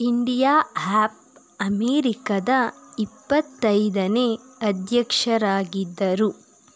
India ಹ್ಯಾಪ್ ಅಮೆರಿಕದ ಇಪ್ಪತ್ತೈದನೇ ಅಧ್ಯಕ್ಷರಾಗಿದ್ದರು